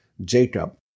Jacob